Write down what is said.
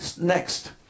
Next